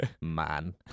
Man